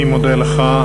אני מודה לך.